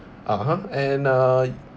(uh huh) and uh